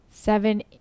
seven